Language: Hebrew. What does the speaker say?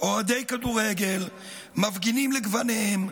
אוהדי כדורגל, מפגינים לגווניהם,